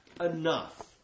enough